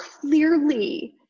clearly